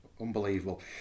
Unbelievable